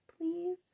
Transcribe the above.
Please